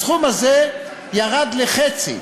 הסכום הזה ירד לחצי,